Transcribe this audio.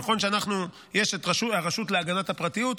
נכון שיש את הרשות להגנת הפרטיות,